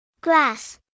Grass